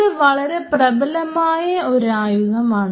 ഇത് വളരെ പ്രബലമായ ഒരു ആയുധമാണ്